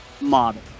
model